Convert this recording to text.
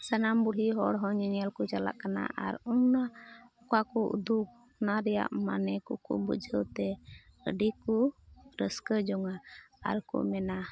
ᱥᱟᱱᱟᱢ ᱵᱩᱲᱦᱤ ᱦᱚᱲ ᱦᱚᱸ ᱧᱮᱧᱮᱞ ᱠᱚ ᱪᱟᱞᱟᱜ ᱠᱟᱱᱟ ᱟᱨ ᱚᱱᱟ ᱚᱠᱟ ᱠᱚ ᱩᱫᱩᱜ ᱚᱱᱟ ᱨᱮᱭᱟᱜ ᱢᱟᱱᱮ ᱠᱚ ᱠᱚ ᱵᱩᱡᱷᱟᱹᱣᱛᱮ ᱟᱹᱰᱤ ᱠᱚ ᱨᱟᱹᱥᱠᱟᱹ ᱡᱚᱝᱜᱼᱟ ᱟᱨ ᱠᱚ ᱢᱮᱱᱟ